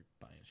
buying